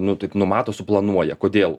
nu taip numato suplanuoja kodėl